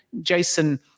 Jason